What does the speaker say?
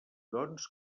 doncs